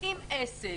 אם עסק,